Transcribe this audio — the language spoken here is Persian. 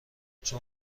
چون